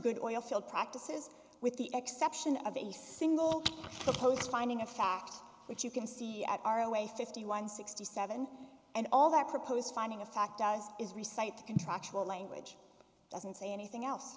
good oilfield practices with the exception of a single post finding a fact which you can see at our way fifty one sixty seven and all that propose finding a fact does is recent contractual language doesn't say anything else